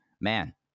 Man